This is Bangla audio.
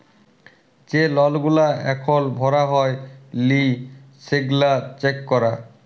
যে লল গুলা এখল ভরা হ্যয় লি সেগলা চ্যাক করা